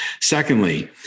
Secondly